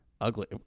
ugly